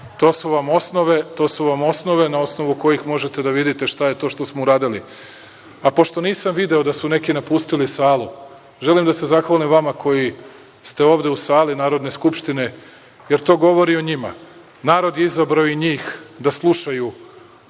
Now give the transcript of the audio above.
Naravno, to su vam osnove na osnovu kojih možete da vidite šta je to što smo uradili. Pošto nisam video da su neki napustili salu, želim da se zahvalim vama koji ste ovde u sali Narodne skupštine, jer to govori o njima. Narod je izabrao i njih da slušaju